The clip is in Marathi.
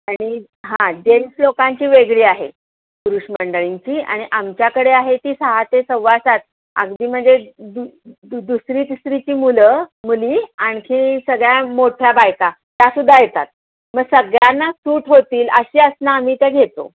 आणि हां जेंट्स लोकांची वेगळी आहे पुरुष मंडळींची आणि आमच्याकडे आहे ती सहा ते सव्वा सात अगदी म्हणजे दु दु दुसरी तिसरीची मुलं मुली आणखी सगळ्या मोठ्या बायका त्यासुद्धा येतात मग सगळ्यांना सूट होतील अशी आसनं आम्ही त्या घेतो